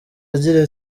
agira